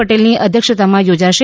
પટેલની અધ્યક્ષતામાં યોજાશે